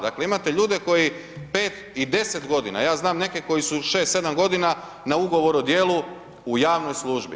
Dakle imate ljude koji 5 i 10 g. ja znam neke koji su 6, 7 godina na ugovor o dijelu, u javnoj službi.